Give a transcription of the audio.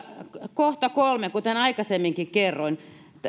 kohta kolme kuten aikaisemminkin kerroin